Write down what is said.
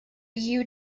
you